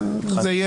זה יהיה ביחד.